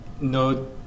no